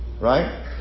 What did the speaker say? Right